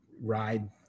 ride